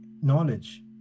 knowledge